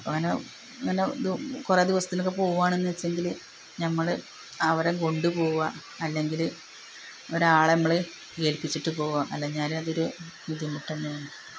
അപ്പോള് അങ്ങനെ ഇത് കുറേ ദിവസത്തിനൊക്കെ പോവാണെന്നുവച്ചെങ്കില് നമ്മള് അവരെ കൊണ്ടുപോവുക അല്ലെങ്കില് ഒരാളെ നമ്മള് ഏല്പ്പിച്ചിട്ട് പോവുക അല്ലെങ്കില് അതൊരു ബുദ്ധിമുട്ടുതന്നെയാണ്